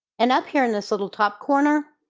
and up here in this little top corner